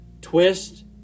twist